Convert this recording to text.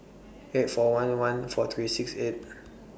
eight four one one four three six eight